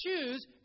choose